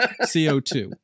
CO2